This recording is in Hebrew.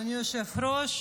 אדוני היושב-ראש,